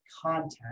content